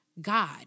God